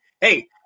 hey